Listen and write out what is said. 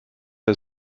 der